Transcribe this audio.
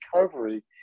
recovery